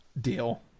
deal